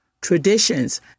Traditions